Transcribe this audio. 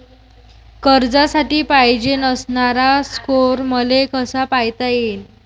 कर्जासाठी पायजेन असणारा स्कोर मले कसा पायता येईन?